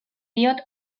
diot